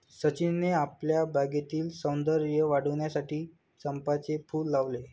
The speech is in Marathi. सचिनने आपल्या बागेतील सौंदर्य वाढविण्यासाठी चंपाचे फूल लावले